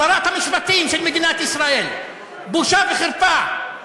שרת המשפטים של מדינת ישראל, בושה וחרפה.